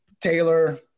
Taylor